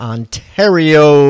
Ontario